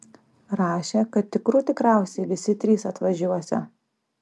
rašė kad tikrų tikriausiai visi trys atvažiuosią